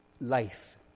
Life